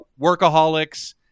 Workaholics